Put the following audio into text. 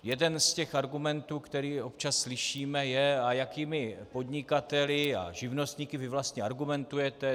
Jeden z těch argumentů, který občas slyšíme, je: A jakými podnikateli a živnostníky vy vlastně argumentujete?